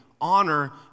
Honor